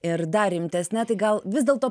ir dar rimtesne tai gal vis dėlto